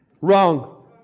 Wrong